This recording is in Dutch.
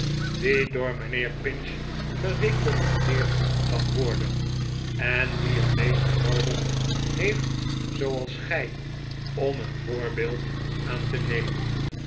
die door mijnheer pinch gerecommandeerd kan worden en die een meester noodig heeft zooals gij om een voorbeeld aan te nemen